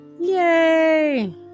Yay